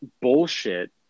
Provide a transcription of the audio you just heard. bullshit